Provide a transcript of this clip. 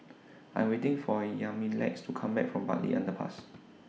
I Am waiting For Yamilex to Come Back from Bartley Underpass